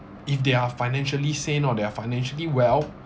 if they are financially sane or they're financially well